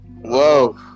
Whoa